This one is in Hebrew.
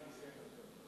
שוואיֶה.